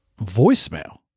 voicemail